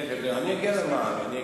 תיכף, אני אגיע למע"מ.